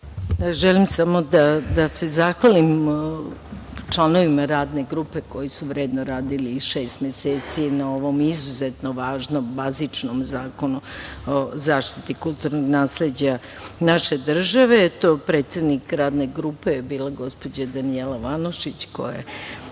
Želim samo da se zahvalim članovima Radne grupe koji su vredno radili šest meseci na ovom izuzetno važnom bazičnom Zakonu o zaštiti kulturnog nasleđa naše države. Predsednik Radne grupe je bila gospođa Danijela Vanušić, koja je